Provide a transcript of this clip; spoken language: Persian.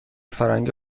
فرنگی